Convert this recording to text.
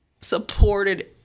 supported